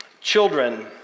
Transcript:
Children